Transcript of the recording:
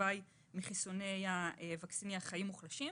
לוואי מחיסוני ה-Vaccinia החיים מוחלשים.